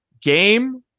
game